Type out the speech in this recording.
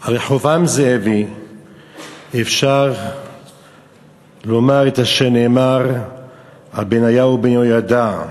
על רחבעם זאבי אפשר לומר את אשר נאמר על בניהו בן יהוידע: